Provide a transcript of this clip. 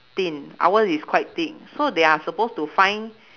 thin ours is quite thick so they are suppose to find